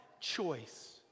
choice